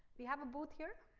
we have a booth here.